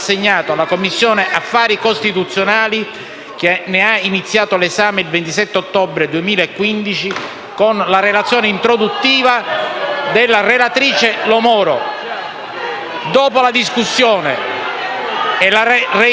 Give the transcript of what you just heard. Dopo la discussione e la reiezione delle questioni pregiudiziali proposte da alcuni Gruppi di opposizione,